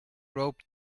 rope